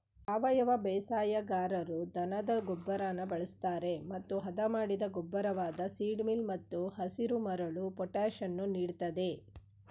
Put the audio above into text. ಸಾವಯವ ಬೇಸಾಯಗಾರರು ದನದ ಗೊಬ್ಬರನ ಬಳಸ್ತರೆ ಮತ್ತು ಹದಮಾಡಿದ ಗೊಬ್ಬರವಾದ ಸೀಡ್ ಮೀಲ್ ಮತ್ತು ಹಸಿರುಮರಳು ಪೊಟ್ಯಾಷನ್ನು ನೀಡ್ತದೆ